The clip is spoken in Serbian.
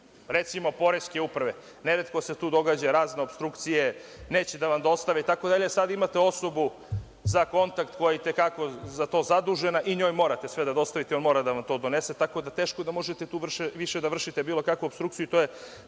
recimo Poreske uprave, neretko se tu događaju razne opstrukcije, neće da vam dostave, itd. Sada imate osobu za kontakt koja je i te kako za to zadužena i njoj morate sve da dostavite, jer mora da vam to donese. Tako da teško da tu možete više da vršite bilo kakvu opstrukciju i to je